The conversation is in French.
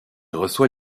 reçoit